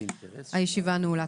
הישיבה נעולה.